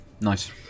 nice